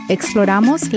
Exploramos